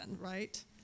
right